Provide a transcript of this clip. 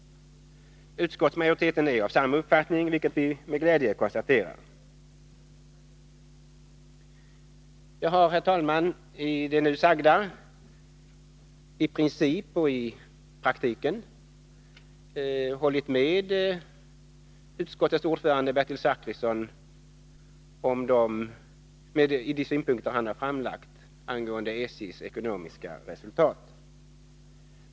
Utskottsmajoriteten är av samma uppfattning, vilket vi med glädje konstaterar. Jag har, herr talman, i det nu sagda i princip och i praktiken hållit med utskottets ordförande Bertil Zachrisson om de synpunkter han har framlagt angående SJ:s ekonomiska resultat.